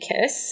kiss